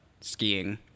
skiing